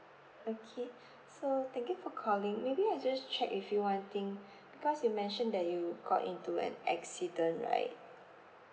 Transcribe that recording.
okay so thank you for calling maybe I just check with you one thing because you mentioned that you got into an accident right